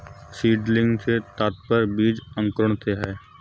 seedling से तात्पर्य बीज अंकुरण से है